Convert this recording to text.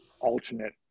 alternate